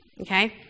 okay